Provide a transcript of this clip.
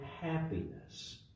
happiness